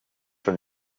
from